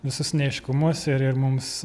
visus neaiškumus ir ir mums